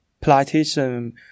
politician